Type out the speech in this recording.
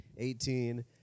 18